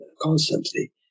constantly